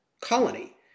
colony